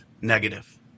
negative